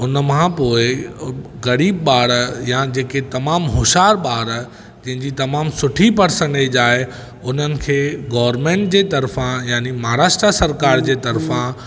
हुन मां पोइ ग़रीबु ॿार या जेके तमामु होशियार ॿारु जंहिंजी तमामु सुठी परसंटेज आहे उन्हनि खे गर्वमेंट जी तर्फ़ा यानि महाराष्ट्र सरकारि जी तर्फ़ा